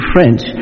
French